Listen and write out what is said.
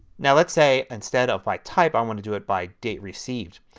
yeah let's say instead of by type i want to do it by date received.